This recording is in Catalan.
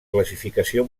classificació